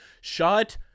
shut